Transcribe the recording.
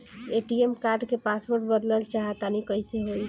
ATM card क password बदलल चाहा तानि कइसे होई?